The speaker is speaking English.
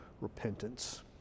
repentance